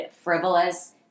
frivolous